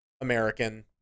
American